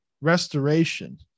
restoration